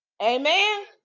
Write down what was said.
Amen